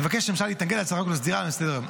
תבקש הממשלה להתנגד להצעת החוק ולהסירה מסדר-היום.